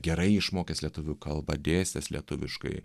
gerai išmokęs lietuvių kalbą dėstęs lietuviškai